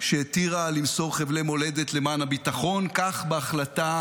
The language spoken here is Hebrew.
שהתירה למסור חבלי מולדת למען הביטחון, כך בהחלטה